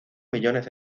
millones